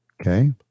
Okay